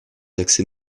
accès